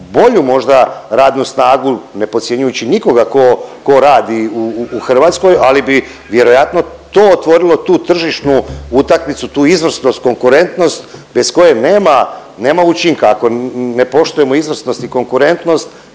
bolju možda radnu snagu, ne podcjenjujući nikoga ko, ko radi u, u Hrvatskoj, ali bi vjerojatno to otvorilo tu tržišnu utakmicu, tu izvrsnost i konkurentnost bez koje nema, nema učinka, ako ne poštujemo izvrsnost i konkurentnost